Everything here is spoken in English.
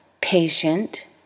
patient